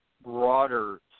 broader